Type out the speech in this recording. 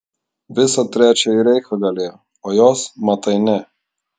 visą trečiąjį reichą galėjo o jos matai ne